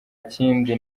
kindi